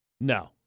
no